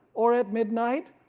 or at midnight,